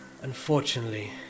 unfortunately